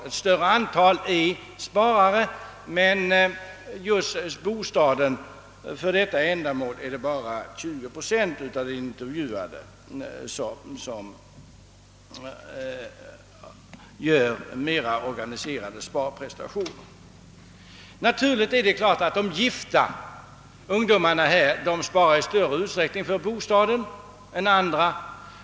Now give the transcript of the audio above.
Ett större antal är sparare, men för just bostaden är det bara 20 procent av de intervjuade som gör mer organiserade sparprestationer. Naturligt är att de gifta ungdomarna sparar för bostaden i större utsträckning än andra.